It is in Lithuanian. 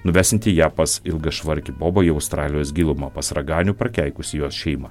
nuvesiantį ją pas ilgašvarkį bobą į australijos gilumą pas raganių prakeikusį jos šeimą